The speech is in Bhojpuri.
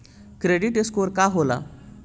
क्रेडिट स्कोर का होला?